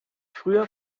früher